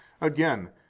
Again